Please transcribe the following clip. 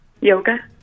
Yoga